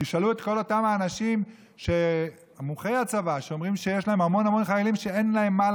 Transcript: תשאלו את כל אותם האנשים מומחי הצבא שאומרים שיש להם המון